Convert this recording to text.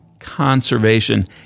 conservation